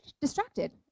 distracted